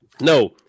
No